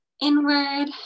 inward